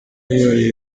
yihariye